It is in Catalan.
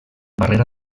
barrera